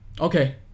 Okay